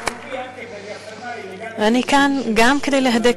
(מחיאות כפיים) אני כאן גם כדי להדק